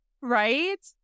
right